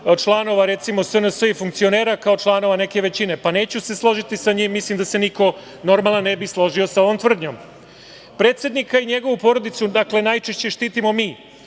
recimo, SNS i funkcionera kao članova neke većine. Neću se složiti sa tim i mislim da se niko normalan ne bi složio sa ovom tvrdnjom. Predsednika i njegovu porodicu najčešće štitimo mi,